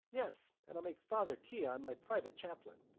yes. and i'll make father keon my private chaplain.